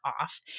off